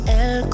el